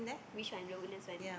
which one the Woodlands one